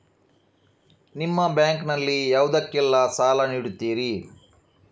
ನಿಮ್ಮ ಬ್ಯಾಂಕ್ ನಲ್ಲಿ ಯಾವುದೇಲ್ಲಕ್ಕೆ ಸಾಲ ನೀಡುತ್ತಿರಿ?